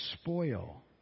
spoil